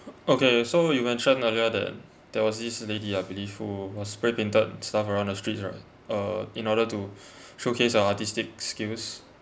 okay so you mentioned earlier that there was this lady I believe who was spray painted stuff around the streets right uh in order to showcase artistic skills